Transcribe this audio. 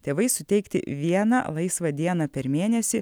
tėvais suteikti vieną laisvą dieną per mėnesį